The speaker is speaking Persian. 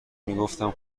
میگفتم